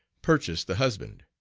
purchase the husband.